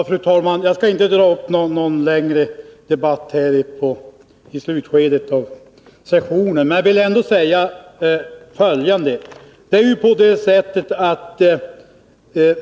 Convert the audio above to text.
Fru talman! Jag skall inte ta upp någon längre debatt nu i sessionens allra sista skede, men jag vill ändå säga följande.